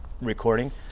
recording